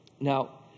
Now